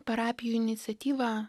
parapijų iniciatyva